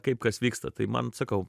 kaip kas vyksta tai man sakau